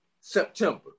september